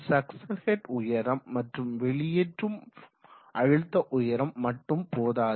suction head உயரம் மற்றும் வெளியேற்றும் அழுத்த உயரம் மட்டும் போதாது